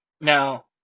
Now